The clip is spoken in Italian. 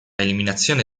eliminazione